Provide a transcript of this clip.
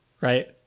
right